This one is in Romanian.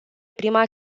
prima